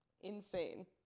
Insane